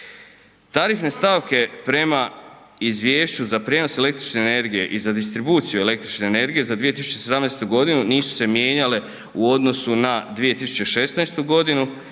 Tarifne stavke prema izvješću za prijenos električne energije i za distribuciju električne energije za 2017. godinu nisu se mijenjale u odnosu na 2016. godinu